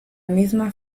misma